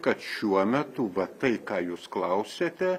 kad šiuo metu va tai ką jūs klausiate